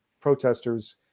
protesters